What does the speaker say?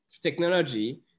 technology